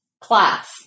class